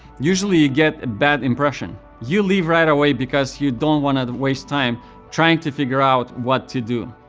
usually you get a bad impression. you leave right away because you don't want to waste time trying to figure out what to do.